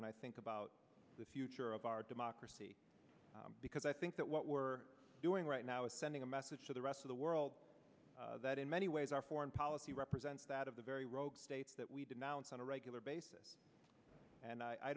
when i think about the future of our democracy because i think that what we're doing right now is sending a message to the rest of the world that in many ways our foreign policy represents that of the very rogue states that we denounce on a regular